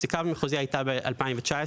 הפסיקה במחוזי הייתה ב-2019.